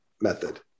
method